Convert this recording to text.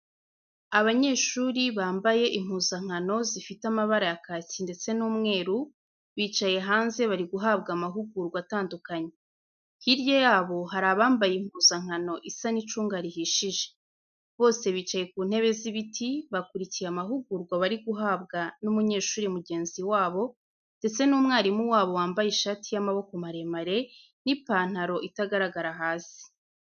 Abanyeshuri bampaye impuzankano zifite amabara ya kacyi ndetse n'umweru, bicaye hanze bari guhabwa amahugurwa atandukanye. Hirwa yabo hari abambaye impuzankano isa cy'icunga rihishije. Bose bicaye ku ntebe z'ibiti bakurikiye amahugurwa bari guhabwa n'umunyeshuri mugenzi wabo ndetse n'umwarimu wabo wambaye ishati y'amaboko maremare, n'ipantaro itagaragara hasi.